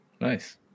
Nice